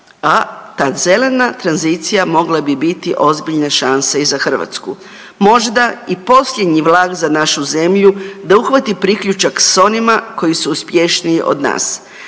a ta zelena tranzicija mogla bi biti ozbiljna šansa i za Hrvatsku, možda i posljednji vlak za našu zemlju da uhvati priključak s onima koji su uspješniji od nas.